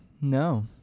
no